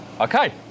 Okay